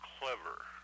clever